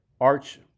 Arch